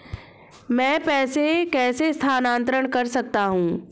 मैं पैसे कैसे स्थानांतरण कर सकता हूँ?